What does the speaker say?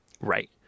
Right